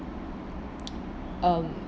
um